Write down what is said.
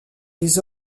des